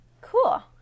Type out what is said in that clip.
Cool